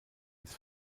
des